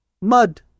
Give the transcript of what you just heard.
mud